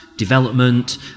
development